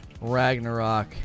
Ragnarok